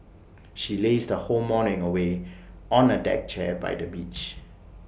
she lazed whole morning away on A deck chair by the beach